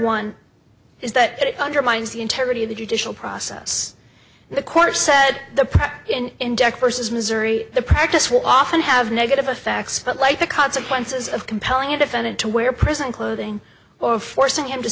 one is that it undermines the integrity of the judicial process the court said the price index versus misery the practice will often have negative effects but like the consequences of compelling a defendant to wear prison clothing or forcing him to